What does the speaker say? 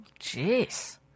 jeez